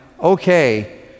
okay